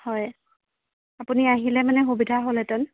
হয় আপুনি আহিলে মানে সুবিধা হ'লহেঁতেন